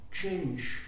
change